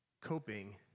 Coping